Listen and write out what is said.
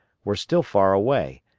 were still far away,